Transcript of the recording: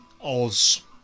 Oz